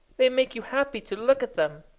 they make you happy to look at them.